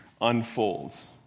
unfolds